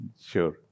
Sure